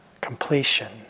completion